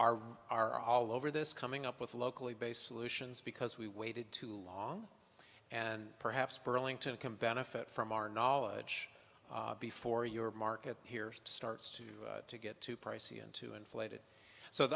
re are all over this coming up with locally based solutions because we waited too long and perhaps burlington can benefit from our knowledge before your market here starts to to get too pricey and to inflate